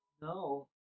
No